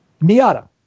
Miata